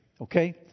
Okay